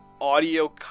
audio